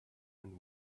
and